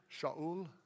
Shaul